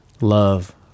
love